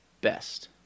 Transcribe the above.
best